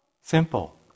simple